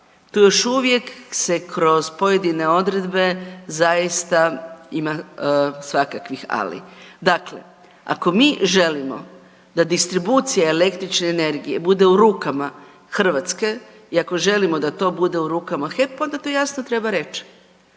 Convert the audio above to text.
tu još uvijek se kroz pojedine odredbe zaista ima svakakvih ali. Dakle, ako mi želimo da distribucija električne energije bude u rukama Hrvatske i ako želimo da to bude u rukama HEP-a onda to jasno treba reći,